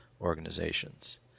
organizations